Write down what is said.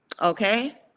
okay